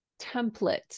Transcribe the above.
template